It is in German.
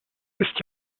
ist